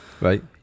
Right